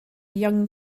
young